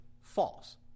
false